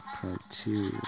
criteria